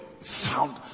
Found